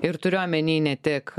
ir turiu omeny ne tik